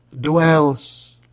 dwells